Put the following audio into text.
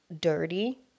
dirty